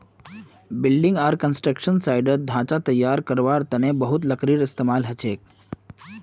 building आर construction साइटत ढांचा तैयार करवार तने बहुत लकड़ीर इस्तेमाल हछेक